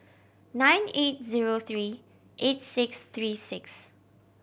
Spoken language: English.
nine eight zero three eight six three six